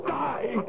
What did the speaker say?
die